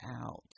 out